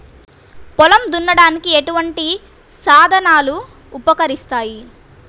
పొలం దున్నడానికి ఎటువంటి సాధనాలు ఉపకరిస్తాయి?